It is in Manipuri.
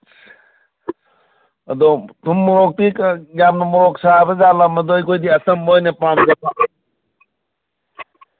ꯑꯗꯣ ꯊꯨꯝ ꯃꯣꯔꯣꯛꯇꯤ ꯌꯥꯝ ꯃꯣꯔꯣꯛ ꯁꯥꯕꯖꯥꯠꯂ ꯃꯗꯨ ꯑꯩꯈꯣꯏꯗꯤ ꯑꯆꯝꯕ ꯑꯣꯏꯅ ꯄꯥꯝꯖꯕ